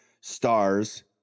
stars